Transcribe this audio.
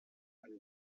eine